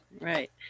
right